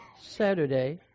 Saturday